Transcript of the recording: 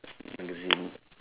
magazine